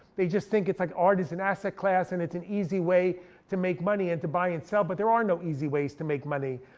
they just think like art is an asset class, and it's an easy way to make money, and to buy and sell. but there are no easy ways to make money.